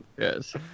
Yes